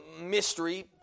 mystery